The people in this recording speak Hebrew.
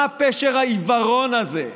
מה פשר העיוורון הזה?